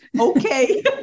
Okay